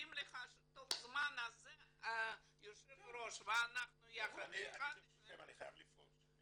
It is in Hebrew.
מבטיחים לך שתוך הזמן הזה יושב הראש ואנחנו יחד --- אני חייב לפרוש.